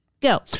Go